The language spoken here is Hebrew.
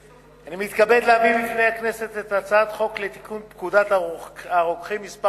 אני מתכבד להביא בפני הכנסת את הצעת חוק לתיקון פקודת הרוקחים (מס'